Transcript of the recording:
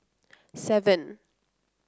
seven